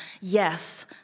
Yes